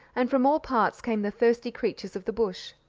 and from all parts came the thirsty creatures of the bush.